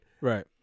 Right